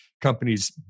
companies